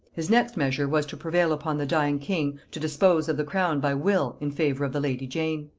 his next measure was to prevail upon the dying king to dispose of the crown by will in favor of the lady jane.